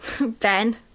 Ben